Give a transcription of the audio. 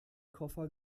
koffer